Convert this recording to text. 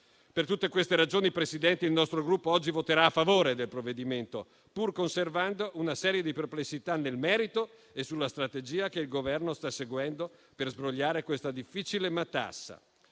Per tutte queste ragioni, Presidente, il nostro Gruppo oggi voterà a favore del provvedimento, pur conservando una serie di perplessità nel merito e sulla strategia che il Governo sta seguendo per sbrogliare questa difficile matassa.